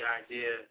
idea